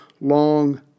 long